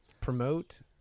promote